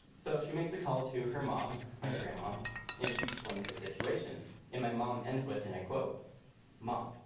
so she makes the call to her mom, my grandma and she explains her situation and my mom ends with. and i quote mom.